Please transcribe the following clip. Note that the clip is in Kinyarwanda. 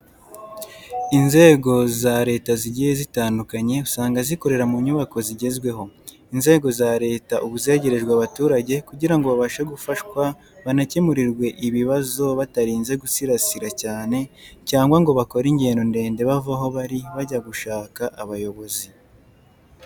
Inzego za Leta zigiye zitandukanye usanga zikorera mu nyubako zigezweho. Inzego za Leta ubu zegerejwe abaturage kugirango babashe gufashwa banakemurirwe ibibazo batarinze gusiragira cyane cyangwa ngo bakore ingendo ndende bava aho bari bajya gushaka abayobozi.